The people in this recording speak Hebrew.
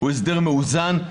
הוא הסדר מאוזן.